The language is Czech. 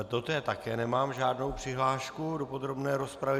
Do té také nemám žádnou přihlášku, do podrobné rozpravy.